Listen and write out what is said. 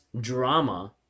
drama